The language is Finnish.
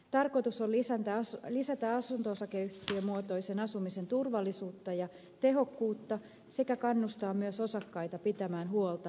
tarkoitus on lisätä asunto osakeyhtiömuotoisen asumisen turvallisuutta ja tehokkuutta sekä kannustaa myös osakkaita pitämään huolta huoneistoistaan